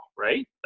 Right